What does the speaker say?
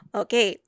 okay